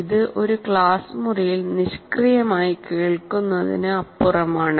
ഇത് ഒരു ക്ലാസ് മുറിയിൽ നിഷ്ക്രിയമായി കേൾക്കുന്നതിനപ്പുറമാണ്